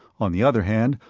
on the other hand,